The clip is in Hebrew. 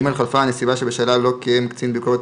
(ג) חלפה הנסיבה שבשלה לא קיים קצין ביקורת